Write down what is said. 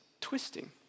twisting